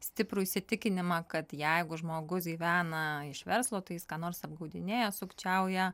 stiprų įsitikinimą kad jeigu žmogus gyvena iš verslo tai jis ką nors apgaudinėja sukčiauja